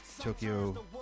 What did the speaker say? Tokyo